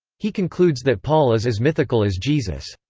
he concludes that paul is as mythical as jesus.